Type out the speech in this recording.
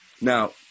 Now